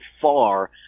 far